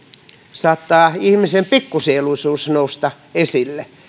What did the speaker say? saattaa se ihmisen pikkusieluisuus nousta esille